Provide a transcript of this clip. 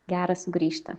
gera sugrįžti